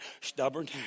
Stubborn